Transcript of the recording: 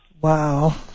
Wow